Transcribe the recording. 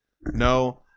No